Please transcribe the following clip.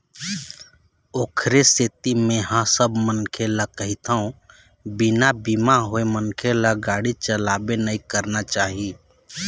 ओखरे सेती मेंहा सब मनखे ल कहिथव बिना बीमा होय मनखे ल गाड़ी चलाबे नइ करना चाही